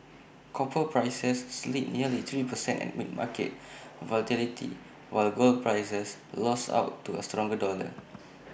copper prices slid nearly three per cent amid market volatility while gold prices lost out to A stronger dollar